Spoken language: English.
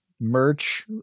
merch